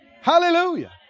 Hallelujah